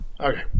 Okay